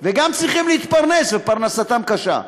וגם צריכים להתפרנס, ופרנסתם קשה.